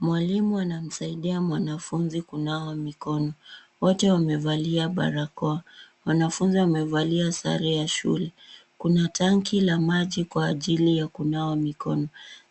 Mwalimu anamsaidia mwanafunzi kunawa mikono. Wote wamevalia barakoa. Mwanafunzi amevalia sare ya shule. Kuna tangi la maji kwa ajili ya kunawa mikono.